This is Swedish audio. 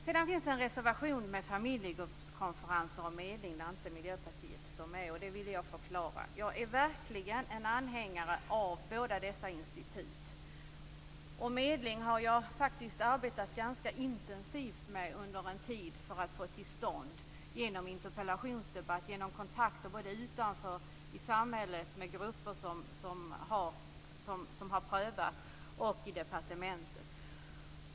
Sedan finns det en reservation om familjegruppskonferenser och medling där Miljöpartiet inte står med. Det vill jag förklara. Jag är verkligen anhängare av båda dessa institut. Jag har genom interpellationsdebatter och genom kontakter både med grupper i samhället och med folk i departementet arbetat intensivt under en tid för få till stånd detta med medling.